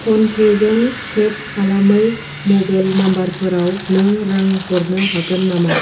फ'नपेजों सेब खालामै मबाइल नाम्बारफोराव नों रां हर हागोन नामा